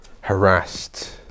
harassed